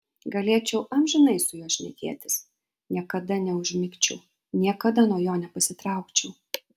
galėčiau amžinai su juo šnekėtis niekada neužmigčiau niekada nuo jo nepasitraukčiau